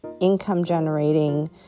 income-generating